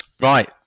Right